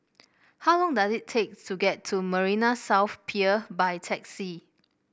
how long does it take to get to Marina South Pier by taxi